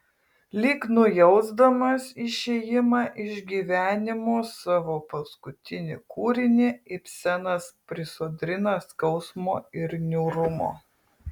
lyg nujausdamas išėjimą iš gyvenimo savo paskutinį kūrinį ibsenas prisodrina skausmo ir niūrumo